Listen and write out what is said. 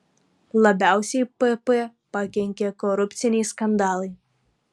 labiausiai pp pakenkė korupciniai skandalai